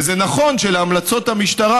וזה נכון שלהמלצות המשטרה,